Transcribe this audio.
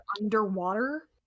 underwater